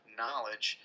knowledge